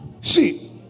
see